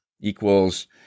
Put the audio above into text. equals